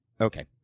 Okay